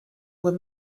were